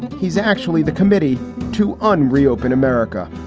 and he's actually the committee to un reopen america.